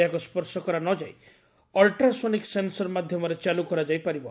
ଏହାକୁ ସ୍ୱର୍ଶ କରାନଯାଇ ଅଲଟ୍ରାସୋନିକ ସେନସର ମାଧ୍ୟମରେ ଚାଲୁ କରାଯାଇ ପାରିବ